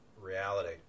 reality